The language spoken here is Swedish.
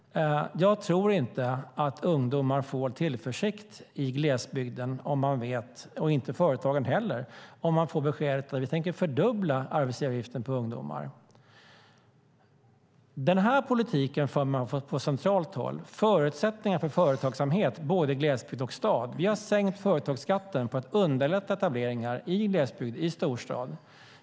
Jag tror inte att ungdomar och företag i glesbygden känner tillförsikt om de får beskedet att ni tänker fördubbla arbetsgivaravgiften för ungdomar. Vår politik förs på centralt håll och ger förutsättningar för företagsamhet i både glesbygd och stad. Vi har sänkt företagsskatten för att underlätta etableringar i glesbygd och storstad.